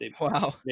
Wow